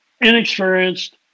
inexperienced